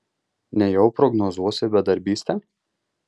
nejau prognozuosi bedarbystę